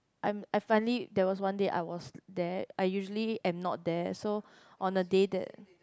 I'm I finally there was one day I was there I usually am not there so one the day that